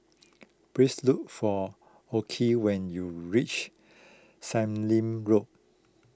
please look for Okey when you reach Sallim Road